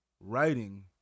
writing